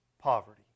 poverty